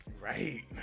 Right